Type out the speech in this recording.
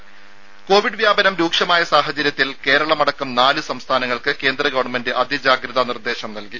രുമ കൊവിഡ് വ്യാപനം രൂക്ഷമായ സാഹചര്യത്തിൽ കേരളമടക്കം നാല് സംസ്ഥാനങ്ങൾക്ക് കേന്ദ്ര ഗവൺമെന്റ് അതിജാഗ്രതാ നിർദേശം നൽകി